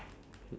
(uh huh)